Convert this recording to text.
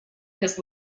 his